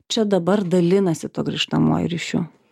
čia dabar dalinasi tuo grįžtamuoju ryšiu